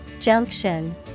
Junction